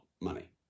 money